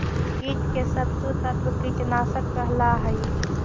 कीट के शत्रु तत्व कीटनाशक कहला हई